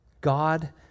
God